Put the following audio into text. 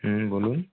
হুম বলুন